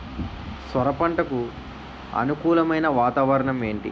సొర పంటకు అనుకూలమైన వాతావరణం ఏంటి?